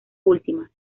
últimas